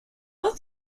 what